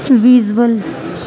visual